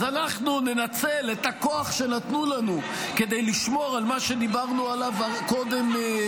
אז אנחנו ננצל את הכוח שנתנו לנו כדי לשמור על מה שדיברנו עליו קודם,